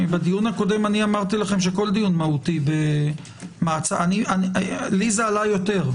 בדיון הקודם אמרתי לכם שכל דיון מהותי - לי זה עלה יותר,